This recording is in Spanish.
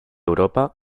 europa